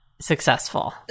successful